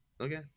okay